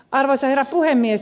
arvoisa herra puhemies